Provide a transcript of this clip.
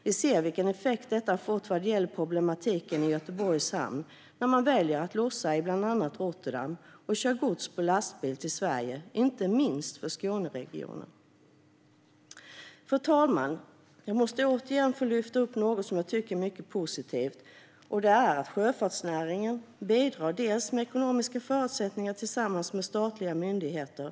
Vi ser vilken effekt detta har fått vad gäller problematiken i Göteborgs hamn när man väljer att lossa i Rotterdam och kör gods på lastbil till Sverige. Det gäller inte minst för Skåneregionen. Fru talman! Jag måste återigen få lyfta upp något som jag tycker är mycket positivt: Sjöfartsnäringen bidrar med ekonomiska förutsättningar tillsammans med statliga myndigheter.